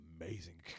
amazing